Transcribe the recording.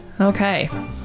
okay